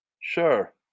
Sure